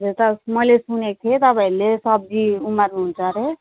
त्यो त मैले सुनेको थिएँ तपाईँहरूले सब्जी उमार्नु हुन्छ अरे